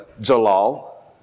Jalal